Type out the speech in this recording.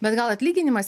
bet gal atlyginimas